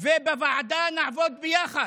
ובוועדה נעבוד ביחד,